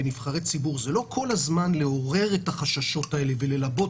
זה לא כל הזמן לעורר את החששות האלה וללבות